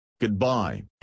Goodbye